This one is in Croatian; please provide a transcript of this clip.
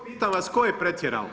Pitam vas tko je pretjerao?